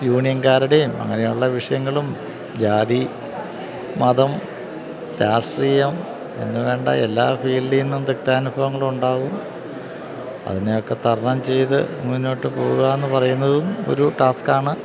യൂണിയൻകാരുടെയും അങ്ങനെയുള്ള വിഷയങ്ങളും ജാതി മതം രാഷ്ട്രീയം എന്നുവേണ്ട എല്ലാ ഫീൽഡില് നിന്നും തിക്താനുഭവങ്ങളുണ്ടാകും അതിനെയൊക്കെ തരണം ചെയ്ത് മുന്നോട്ട് പോവുകയെന്ന് പറയുന്നതും ഒരു ടാസ്ക്കാണ്